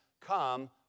come